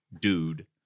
dude